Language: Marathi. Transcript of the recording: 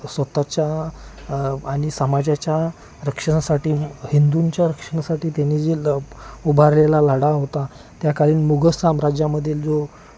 स्वतःच्या आणि समाजाच्या रक्षणासाठी हिंदूंच्या रक्षणासाठी त्यांनी जे उभारलेला लढा होता त्या कारण मुगल साम्राज्यामधील जो